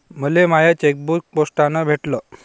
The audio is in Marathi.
मले माय चेकबुक पोस्टानं भेटल